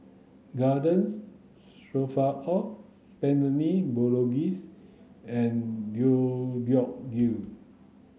Garden Stroganoff Bolognese and Deodeok gui